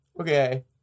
Okay